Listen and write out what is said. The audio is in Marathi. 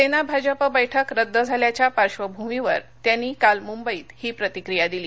सेना भाजपा बैठक रद्द झाल्याच्या पार्श्वभूमीवर त्यांनी काल मुंबईत ही प्रतिक्रिया दिली